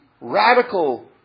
radical